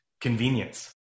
convenience